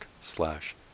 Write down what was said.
slash